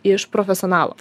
iš profesionalo